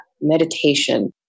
meditation